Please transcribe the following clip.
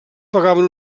pagaven